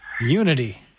Unity